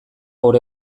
gaur